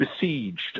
besieged